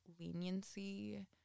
leniency